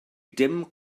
dim